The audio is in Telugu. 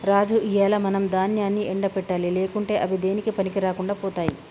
రాజు ఇయ్యాల మనం దాన్యాన్ని ఎండ పెట్టాలి లేకుంటే అవి దేనికీ పనికిరాకుండా పోతాయి